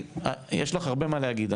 יש לך הרבה מה להגיד,